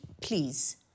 Please